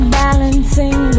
balancing